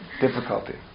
Difficulty